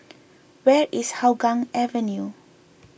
where is Hougang Avenue